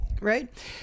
Right